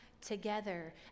together